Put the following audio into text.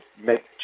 make